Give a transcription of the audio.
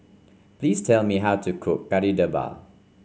please tell me how to cook Kari Debal